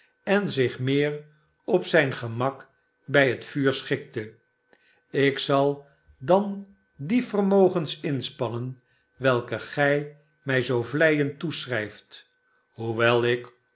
en zich meer op zijn gemak bij het vuur schikte ik zal dan die vermogens inspannen welke gij mij zoo vleiend toeschnjft hoewel ik